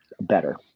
better